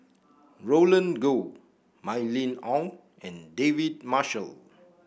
Roland Goh Mylene Ong and David Marshall